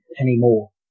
anymore